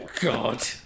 God